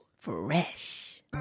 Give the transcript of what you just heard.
Fresh